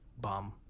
bomb